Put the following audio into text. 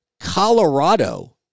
Colorado